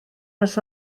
ers